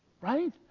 Right